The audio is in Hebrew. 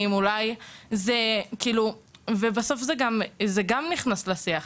או במה שמתפתח בעקבות הבדיקה הזאת ובסוף זה גם נכנס לשיח.